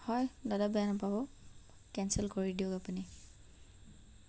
হয় দাদা বেয়া নাপাব কেনচেল কৰি দিয়ক আপুনি